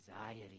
anxiety